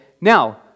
now